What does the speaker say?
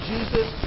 Jesus